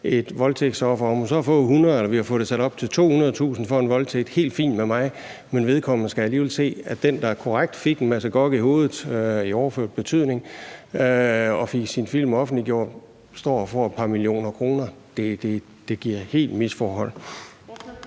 et voldtægtsoffer. Om hun så har fået 100.000 kr., eller om vi har fået det sat op til 200.000 kr. for en voldtægt, helt fint med mig, men så skal vedkommende alligevel se, at den, der korrekt nok fik en masse gok i hovedet i overført betydning og fik sin film offentliggjort, står og får et par millioner kroner. Det giver helt klart et misforhold.